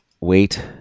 wait